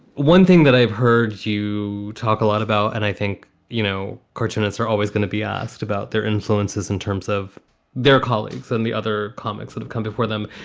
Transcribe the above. one thing that i've heard you talk a lot about, and i think, you know, cartoonists are always going to be asked about their influences in terms of their colleagues and the other comics that have come before them.